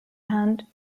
hand